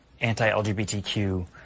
anti-LGBTQ